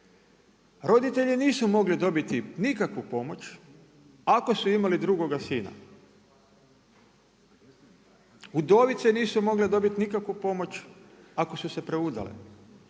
Roditelji nisu mogli dobiti nikakvu pomoć ako su imali drugoga sina. Udovice nisu mogle dobiti nikakvu pomoć ako su se preudale.